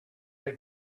they